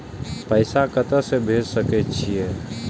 पैसा कते से भेज सके छिए?